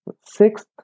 Sixth